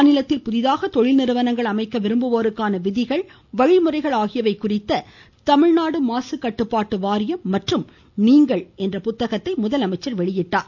மேலும் தொழில்நிறுவனங்கள் அமைக்க விரும்புவோருக்கான விதிகள் வழிமுறைகள் ஆகியவை குறித்த தமிழ்நாடு மாசுக்கட்டுப்பாட்டு வாரியம் மற்றும் நீங்கள் என்ற புத்தகத்தையும் முதலமைச்சர் வெளியிட்டார்